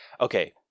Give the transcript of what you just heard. Okay